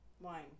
wine